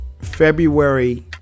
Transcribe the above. february